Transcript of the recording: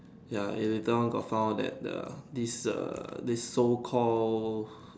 ya it later on got found out that the this err this so call